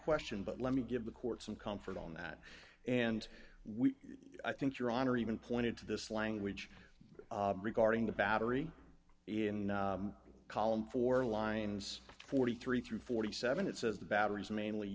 question but let me give the court some comfort on that and we i think your honor even pointed to this language regarding the battery in a column for lines forty three through forty seven it says the battery is mainly